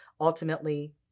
ultimately